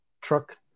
truck